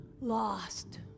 lost